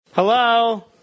Hello